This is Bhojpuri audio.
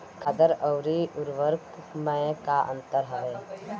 खादर अवरी उर्वरक मैं का अंतर हवे?